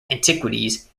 antiquities